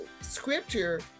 scripture